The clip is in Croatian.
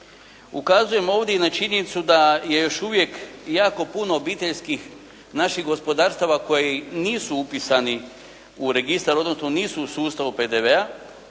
Ukazujem ovdje i na činjenicu da je još uvijek jako puno obiteljskih naših gospodarstava koji nisu upisani u registar, odnosno nisu u sustavu PDV-a